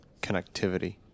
connectivity